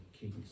kings